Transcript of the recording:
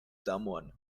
someone